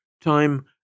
Time